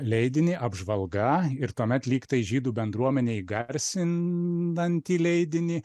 leidinį apžvalga ir tuomet lyg tai žydų bendruomenei garsinantį leidinį